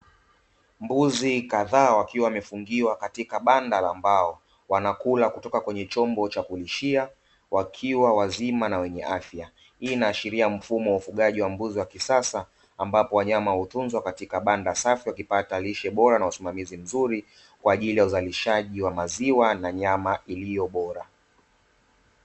Mbuzi kadhaa wakiwa wamefungiwa katika banda la mbao wanakula kutoka kwenye chombo cha kulishia wakiwa wazima na wenye afya. Hii inaashiria mfumo wa ufugaji wa mbuzi wa kisasa ambapo wanyama hutunzwa katika banda safi wakipata lishe bora na usimamizi mzuri kwa ajili ya uzalishaji wa maziwa na nyama iliyo bora.